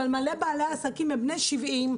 אבל מלא בעלי עסקים הם בני 70,